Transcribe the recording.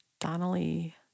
Donnelly